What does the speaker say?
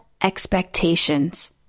expectations